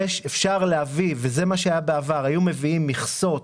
אפשר להביא וזה מה שהיה בעבר, היו מביאים מכסות